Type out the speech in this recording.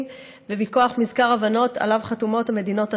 ומכוח מזכר הבנות שעליו חתומות המדינות התורמות.